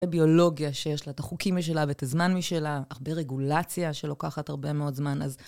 הביולוגיה שיש לה, את החוקים שלה ואת הזמן משלה, הרבה רגולציה שלוקחת הרבה מאוד זמן, אז...